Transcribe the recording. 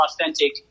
authentic